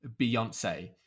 beyonce